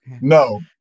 No